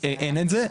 אין את זה.